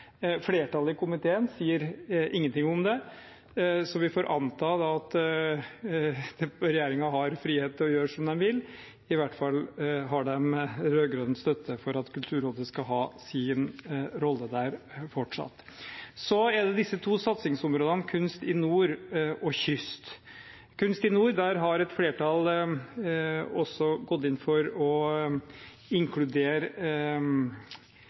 Flertallet i komiteen sier ingenting om det. Vi får anta at regjeringen har frihet til å gjøre som den vil – i hvert fall har de rød-grønn støtte for at Kulturrådet fortsatt skal ha sin rolle der. Så er det de to satsingsområdene Kunst i Nord og kyst. Når det gjelder Kunst i Nord, har et flertall også gått inn for å inkludere